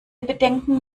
bedenken